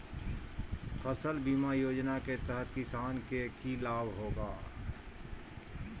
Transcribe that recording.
फसल बीमा योजना के तहत किसान के की लाभ होगा?